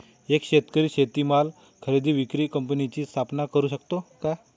एक शेतकरी शेतीमाल खरेदी विक्री कंपनीची स्थापना करु शकतो का?